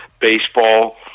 Baseball